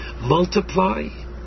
Multiply